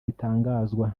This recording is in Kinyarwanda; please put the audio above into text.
bitangazwa